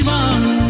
one